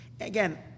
Again